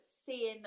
seeing